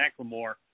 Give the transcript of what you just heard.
McLemore